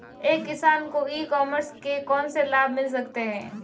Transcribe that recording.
एक किसान को ई कॉमर्स के कौनसे लाभ मिल सकते हैं?